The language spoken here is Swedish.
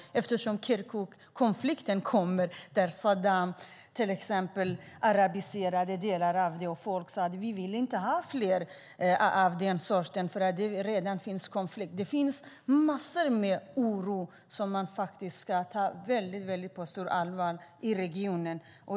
Där finns till exempel Kirkukkonflikten där Saddam Hussein arabiserade de delarna. Människor sade: Vi vill inte ha fler av den sorten. Det finns redan massor av oro i regionen som man ska ta på väldigt stort allvar.